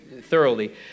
thoroughly